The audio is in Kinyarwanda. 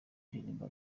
ndirimbo